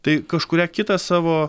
tai kažkurią kitą savo